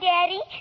Daddy